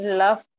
love